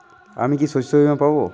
আমি কি শষ্যবীমা পাব?